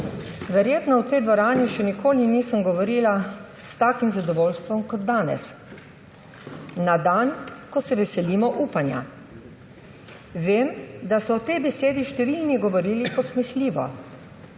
Verjetno v tej dvorani še nikoli nisem govorila s takim zadovoljstvom kot danes, na dan, ko se veselimo upanja. Vem, da so o tej besedi številni govorili posmehljivo.